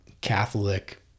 catholic